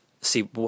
see